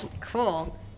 cool